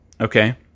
okay